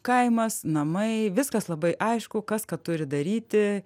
kaimas namai viskas labai aišku kas ką turi daryti